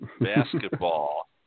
basketball